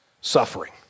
suffering